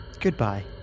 Goodbye